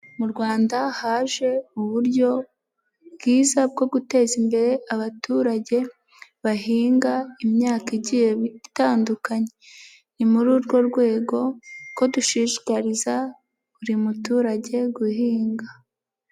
Mu Rwanda haje uburyo bwiza bwo guteza imbere abaturage bahinga imyaka igiye itandukanye, ni muri urwo rwego ko dushishikariza buri muturage guhinga.